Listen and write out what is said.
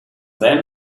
then